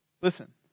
listen